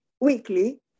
weekly